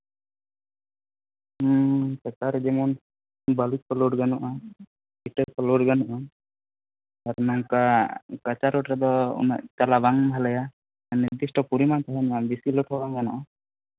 ᱦᱮᱸ ᱪᱮᱛᱟᱱᱨᱮ ᱡᱮᱢᱚᱱ ᱵᱟᱞᱤ ᱠᱚ ᱞᱳᱰ ᱜᱟᱱᱚᱜᱼᱟ ᱤᱴᱟᱹ ᱠᱚ ᱞᱳᱰ ᱜᱟᱱᱚᱜᱼᱟ ᱟᱨ ᱱᱚᱝᱠᱟ ᱠᱟᱸᱪᱟ ᱨᱳᱰ ᱨᱮᱫᱚ ᱩᱱᱟᱹᱜ ᱪᱟᱞᱟᱣ ᱵᱟᱝ ᱵᱷᱟᱹᱜᱤᱭᱟ ᱱᱤᱨᱫᱤᱥᱴᱚ ᱯᱚᱨᱤᱢᱟᱱ ᱛᱟᱱᱦᱮᱱ ᱢᱟ ᱵᱮᱥᱤ ᱞᱳᱰ ᱦᱚᱸ ᱵᱟᱝ ᱜᱟᱱᱚᱜᱼᱟ